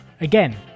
Again